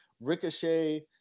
ricochet